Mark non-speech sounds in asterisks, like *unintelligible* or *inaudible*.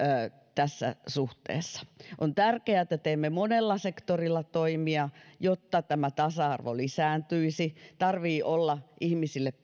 tässä suhteessa *unintelligible* on tärkeää että teemme monella sektorilla toimia *unintelligible* jotta tämä tasa arvo lisääntyisi tarvitsee olla ihmisille *unintelligible*